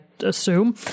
assume